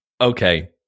Okay